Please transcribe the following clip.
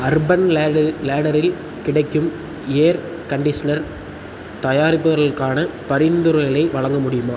urban லேட்டெரில் லேட்டெரில் கிடைக்கும் ஏர் கண்டிஷனர் தயாரிப்புகளுக்கான பரிந்துரைகளை வழங்க முடியுமா